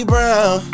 Brown